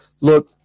Look